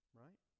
right